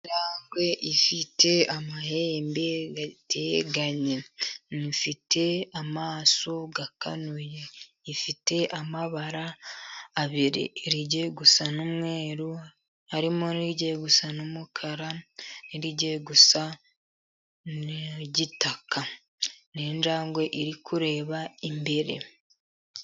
Injangwe ifite amahembe ateganye. Ifite amaso akanuye, ifite amabara abiri, irigiye gusa n'umweru, harimo n'irigiye gusa n'umukara, n'irigiye gusa n'igitaka. Ni injangwe iri kureba imbere.